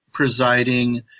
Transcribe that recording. Presiding